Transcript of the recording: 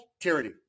tyranny